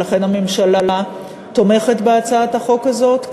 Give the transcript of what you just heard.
ולכן הממשלה תומכת בהצעת החוק הזאת.